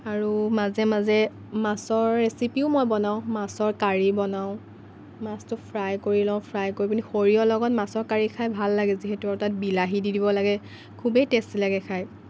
আৰু মাজে মাজে মাছৰ ৰেচিপিও মই বনাওঁ মাছৰ কাৰী বনাওঁ মাছটো ফ্ৰাই কৰি লওঁ ফ্ৰাই কৰি পেনি সৰিয়হৰ লগত মাছৰ কাৰী খাই ভাল লাগে যিহেতু আৰু তাত বিলাহী দি দিব লাগে খুবেই টেষ্টি লাগে খাই